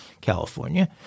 California